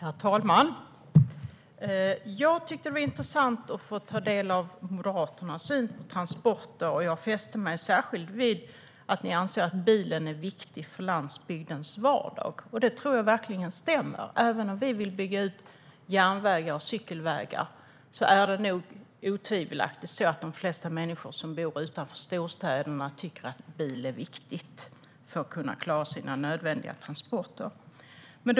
Herr talman! Jag tyckte att det var intressant att få ta del av Moderaternas syn på transporter, och jag fäste mig särskilt vid att ni anser att bilen är viktig för landsbygdens vardag. Det tror jag verkligen stämmer. Även om vi vill bygga ut järnvägar och cykelvägar är det nog otvivelaktigt så att de flesta människor som bor utanför storstäderna tycker att bil är viktigt för att klara de nödvändiga transporterna.